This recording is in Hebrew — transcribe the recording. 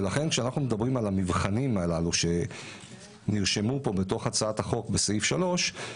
לכן כשאנחנו מדברים על המבחנים שנרשמו פה בתוך הצעת החוק בסעיף 3,